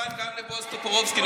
וכמובן גם לבועז טופורובסקי.